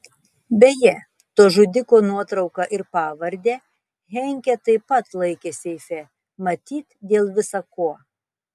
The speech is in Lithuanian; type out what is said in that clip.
beje to žudiko nuotrauką ir pavardę henkė taip pat laikė seife matyt dėl visa ko